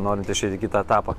norint išeit į kitą etapą